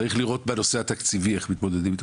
צריך לראות בנושא התקציבי איך מתמודדים איתו.